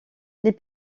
les